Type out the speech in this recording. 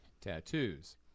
tattoos